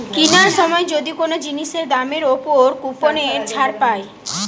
কিনার সময় যদি কোন জিনিসের দামের উপর কুপনের ছাড় পায়